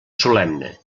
solemne